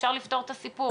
אפשר לפתור את הסיפור.